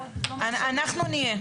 אנחנו נהיה.